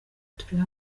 turi